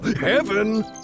heaven